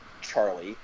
Charlie